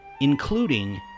including